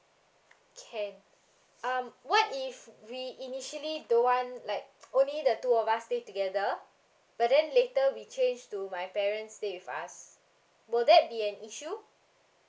can um what if we initially don't want like only the two of us stay together but then later we change to my parents stay with us will that be an issue